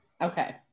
Okay